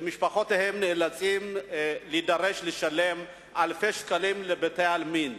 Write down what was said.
משפחותיהם נדרשות לשלם אלפי שקלים לבתי-עלמין.